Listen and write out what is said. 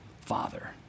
Father